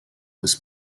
was